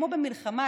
כמו במלחמה,